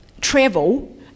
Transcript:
travel